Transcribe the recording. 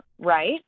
Right